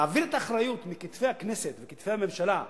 להעביר את האחריות מכתפי הכנסת וכתפי הממשלה לציבור,